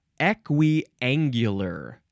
equiangular